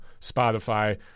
Spotify